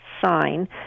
sign